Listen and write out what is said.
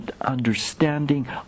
understanding